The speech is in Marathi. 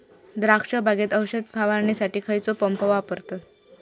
द्राक्ष बागेत औषध फवारणीसाठी खैयचो पंप वापरतत?